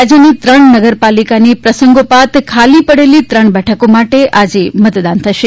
રાજ્યની ત્રણ નગરપાલિકાની પ્રસંગોપાત ખાલી પડેલી ત્રણ બેઠકો માટે આજે મતદાન થશે